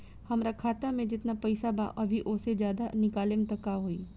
हमरा खाता मे जेतना पईसा बा अभीओसे ज्यादा निकालेम त का होई?